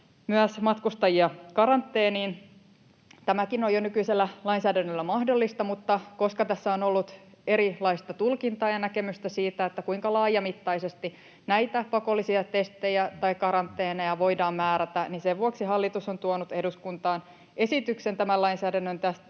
myös matkustajia karanteeniin. Tämäkin on jo nykyisellä lainsäädännöllä mahdollista. Mutta koska tässä on ollut erilaista tulkintaa ja näkemystä siitä, kuinka laajamittaisesti näitä pakollisia testejä tai karanteeneja voidaan määrätä, niin sen vuoksi hallitus on tuonut eduskuntaan esityksen tämän lainsäädännön